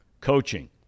Coaching